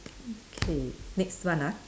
K next one ah